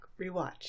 Rewatch